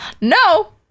No